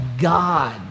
God